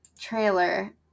trailer